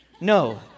No